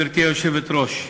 גברתי היושבת-ראש,